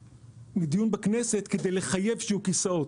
בדיון בכנסת זה עלה ונעניתי לבקשה לחייב שיהיו כיסאות.